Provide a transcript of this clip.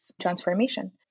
transformation